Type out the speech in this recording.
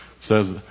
says